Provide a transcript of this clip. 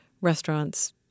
restaurants